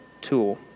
tool